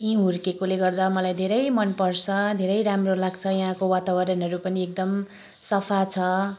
यहीँ हुर्किएकोले गर्दा मलाई धेरै मनपर्छ धेरै राम्रो लाग्छ यहाँको वातावरणहरू पनि एकदम सफा छ